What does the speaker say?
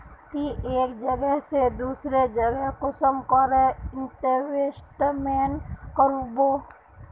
ती एक जगह से दूसरा जगह कुंसम करे इन्वेस्टमेंट करबो?